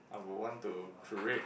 I will want to create